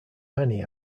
many